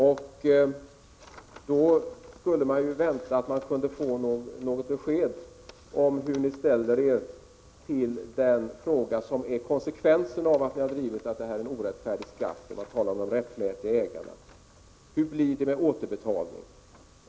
Man skulle då kunna vänta sig något besked om hur ni ställer er till den fråga som är en konsekvens av att ni drivit uppfattningen att detta är en orättfärdig skatt och talat om de rättmätiga ägarna, nämligen frågan om hur det blir med återbetalningen.